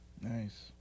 nice